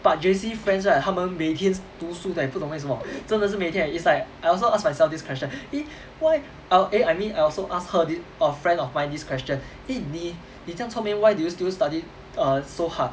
but J_C friends right 他们每天读书的 leh 不懂为什么真的是每天 it's like I also ask myself this question eh why err eh I mean I also ask her this a friend of mine this question eh 你这样聪明 why do you still study err so hard